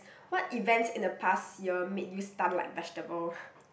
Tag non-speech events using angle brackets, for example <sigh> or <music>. what events in the past year made you stunned like vegetable <breath>